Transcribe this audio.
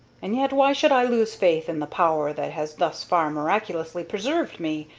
and yet why should i lose faith in the power that has thus far miraculously preserved me?